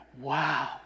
wow